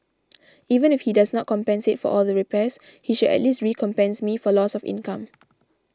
even if he does not compensate for all the repairs he should at least recompense me for loss of income